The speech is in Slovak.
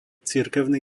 cirkevný